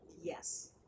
Yes